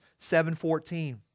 7.14